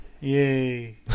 Yay